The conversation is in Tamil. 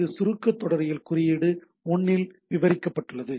இது சுருக்க தொடரியல் குறியீடு 1 இல் விவரிக்கப்பட்டுள்ளது